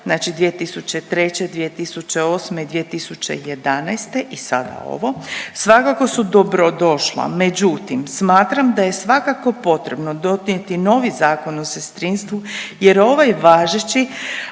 Znači 2003., 2008. i 2011. i sada ovo svakako su dobro došla. Međutim, smatram da je svakako potrebno donijeti novi Zakon o sestrinstvu jer je ovaj važeći